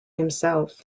himself